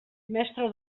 mestre